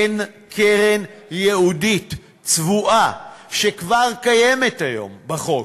כן, קרן ייעודית, צבועה, שכבר קיימת היום בחוק,